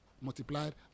multiplied